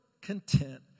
content